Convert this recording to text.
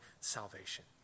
salvation